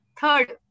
third